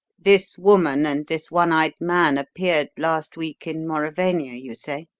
this woman and this one-eyed man appeared last week in mauravania, you say?